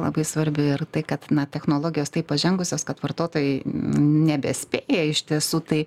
labai svarbi ir tai kad na technologijos taip pažengusios kad vartotojai nebespėja iš tiesų tai